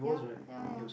yeah yeah yeah